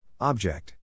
Object